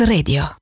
Radio